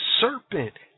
serpent